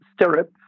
stirrup